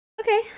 Okay